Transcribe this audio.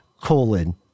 colon